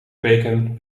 kweken